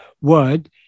word